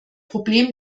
problem